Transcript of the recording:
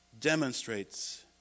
demonstrates